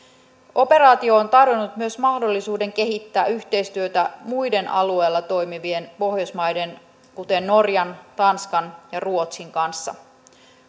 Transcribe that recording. operaatio on tarjonnut myös mahdollisuuden kehittää yhteistyötä muiden alueella toimivien pohjoismaiden kuten norjan tanskan ja ruotsin kanssa